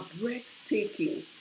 breathtaking